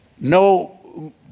no